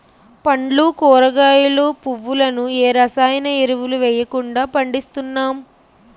పండ్లు కూరగాయలు, పువ్వులను ఏ రసాయన ఎరువులు వెయ్యకుండా పండిస్తున్నాం